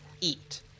eat